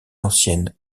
anciennes